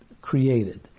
created